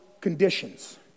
conditions